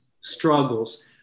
struggles